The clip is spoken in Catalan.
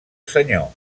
senyor